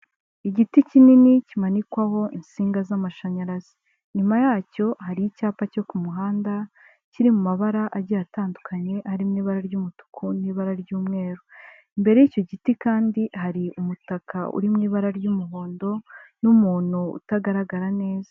Igiti kinini kimanikwaho insinga z'amashanyarazi. Inyuma yacyo hari icyapa cyo ku muhanda, kiri mu mabara agiye atandukanye arimo ibara ry'umutuku n'ibara ry'umweru. Imbere y'icyo giti kandi hari umutaka uri mu ibara ry'umuhondo n'umuntu utagaragara neza.